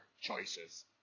choices